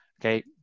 okay